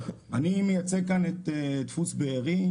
אני מייצג כאן את דפוס בארי.